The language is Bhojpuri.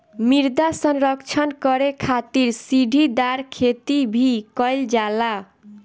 मृदा संरक्षण करे खातिर सीढ़ीदार खेती भी कईल जाला